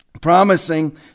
promising